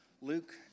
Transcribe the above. Luke